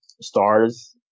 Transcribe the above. stars